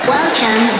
Welcome